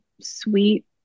sweet